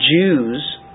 Jews